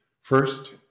First